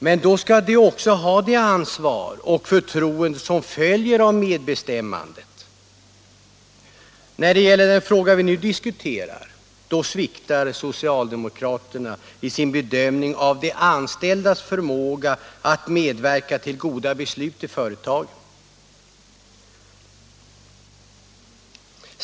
Men då skall de = Vissa industri och också ha det ansvar och förtroende som följer av medbestämmandet. När = sysselsättningsstidet gäller den fråga vi nu diskuterar sviktar socialdemokraterna i sin - mulerande åtgärbedömning av de anställdas förmåga att medverka till goda beslut i der, m.m. företagen.